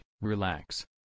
relax